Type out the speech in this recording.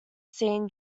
seen